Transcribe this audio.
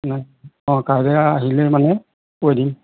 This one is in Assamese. অ কাইলৈ আহিলে মানে কৈ দিম